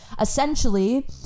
Essentially